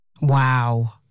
Wow